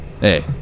Hey